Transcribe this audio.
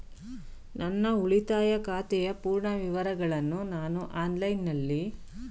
ನನ್ನ ಉಳಿತಾಯ ಖಾತೆಯ ಪೂರ್ಣ ವಿವರಗಳನ್ನು ನಾನು ಆನ್ಲೈನ್ ನಲ್ಲಿ ಪಡೆಯಬಹುದೇ?